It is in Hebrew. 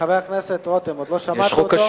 חבר הכנסת רותם, עוד לא שמעת אותו.